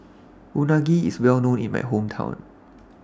Unagi IS Well known in My Hometown